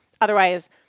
otherwise